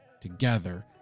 together